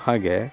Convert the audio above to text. ಹಾಗೇ